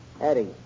Eddie